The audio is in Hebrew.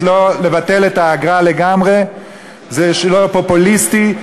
לבטל את האגרה לגמרי זה פופוליסטי.